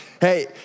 Hey